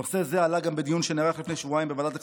נושא זה עלה גם בדיון שנערך לפני שבועיים בוועדת הכספים,